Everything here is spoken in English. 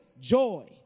joy